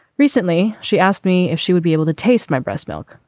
recently. she asked me if she would be able to taste my breast milk.